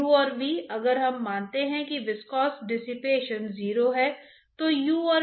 इसलिए हमने जो कुछ चीजें देखी हैं उनमें से कुछ के लिए बहुत सारे अनुप्रयोग हैं